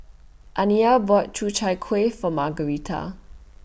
Aniyah bought Chu Chai Kuih For Margaretta